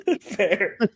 Fair